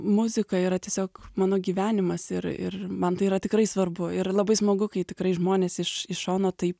muzika yra tiesiog mano gyvenimas ir ir man tai yra tikrai svarbu ir labai smagu kai tikrai žmonės iš iš šono tai